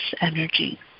energy